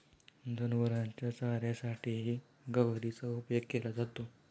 जनावरांच्या चाऱ्यासाठीही गवारीचा उपयोग केला जातो